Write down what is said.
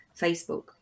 Facebook